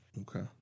Okay